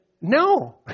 no